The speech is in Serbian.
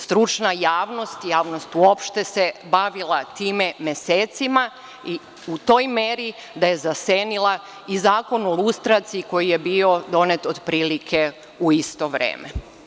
Stručna javnost i javnost uopšte se bavila time mesecima u toj meri da je zasenila i Zakon o lustraciji koji je bio donet otprilike u isto vreme.